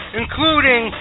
including